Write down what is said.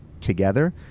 together